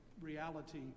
reality